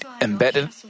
embedded